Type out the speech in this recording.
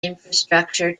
infrastructure